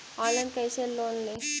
Online कैसे loan ली?